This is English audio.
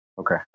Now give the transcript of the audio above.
Okay